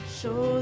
show